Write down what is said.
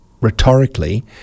rhetorically